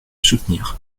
soutenir